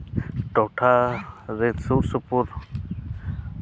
ᱴᱚᱴᱷᱟ ᱨᱮ ᱥᱩᱨᱼᱥᱩᱯᱩᱨ